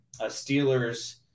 Steelers